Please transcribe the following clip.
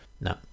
No